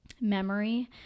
memory